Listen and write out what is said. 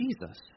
Jesus